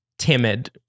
timid